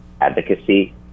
advocacy